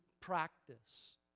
practice